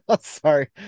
sorry